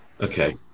Okay